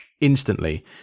instantly